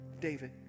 David